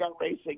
racing